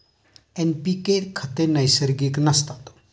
NPK खते नैसर्गिक नसतात